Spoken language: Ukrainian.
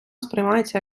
сприймається